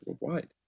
worldwide